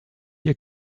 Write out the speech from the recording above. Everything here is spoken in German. hier